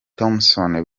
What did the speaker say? thompson